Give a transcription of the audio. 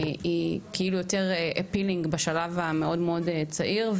כאילו יותר Appealing בשלב המאוד צעיר,